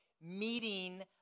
meeting